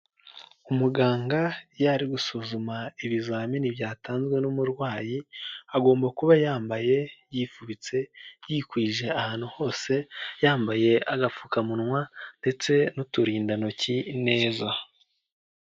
Umuganga iyo ari gusuzuma ibizamini byatanzwe n'umurwayi, agomba kuba yambaye yifubitse, yikwije ahantu hose, yambaye agapfukamunwa ndetse n'uturindantoki neza.